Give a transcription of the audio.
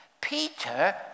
Peter